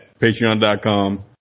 Patreon.com